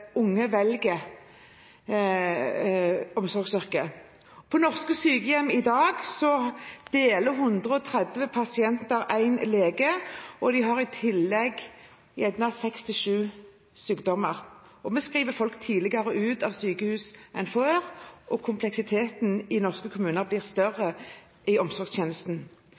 unge velger omsorgsyrker. På norske sykehjem i dag deler 130 pasienter én lege, og de har i tillegg gjerne seks–sju sykdommer, og vi skriver folk tidligere ut av sykehus enn før, og kompleksiteten i omsorgstjenesten i norske kommuner blir større.